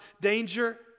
danger